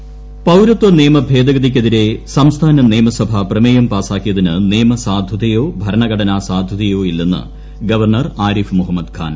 പൌരത്യ ഭേദഗതി നിയമം ഗവർണർ പൌരത്വ നിയമ ഭേദഗതിക്കെതിരെ സംസ്ഥാന നിയമസഭ പ്രമേയം പാസാക്കിയതിന് നിയമ സാധുതയോ ഭരണഘടനാ സാധുതയോ ഇല്ലെന്ന് ഗവർണർ ആരിഫ് മുഹമ്മദ് ഖാൻ